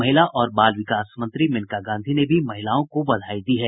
महिला और बाल विकास मंत्री मेनका गांधी ने भी महिलाओं को बधाई दी है